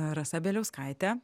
rasa bieliauskaite